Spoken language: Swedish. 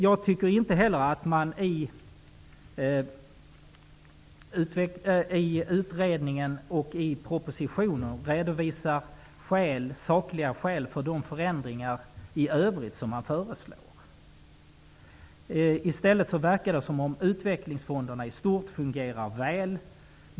Jag tycker inte heller att man i utredningen och propositionen redovisar sakskäl för de förändringar i övrigt som man föreslår. I stället verkar det som om utvecklingsfonderna i stort fungerar väl.